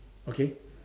okay